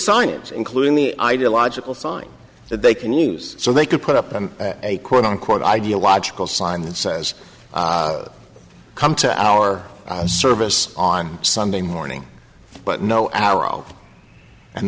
science including the ideological sign that they can use so they could put up a quote unquote ideological sign that says come to our service on sunday morning but no arrow and